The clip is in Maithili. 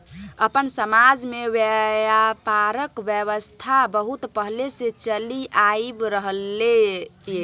अपन समाज में ब्यापारक व्यवस्था बहुत पहले से चलि आइब रहले ये